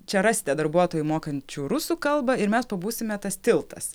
čia rasite darbuotojų mokančių rusų kalbą ir mes pabūsime tas tiltas